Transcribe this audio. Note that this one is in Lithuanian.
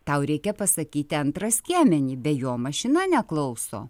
tau reikia pasakyti antrą skiemenį be jo mašina neklauso